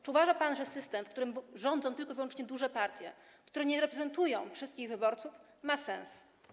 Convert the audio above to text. Czy uważa pan, że system, w którym rządzą tylko i wyłącznie duże partie, które nie reprezentują wszystkich wyborców, ma sens?